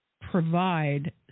provide